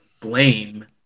blame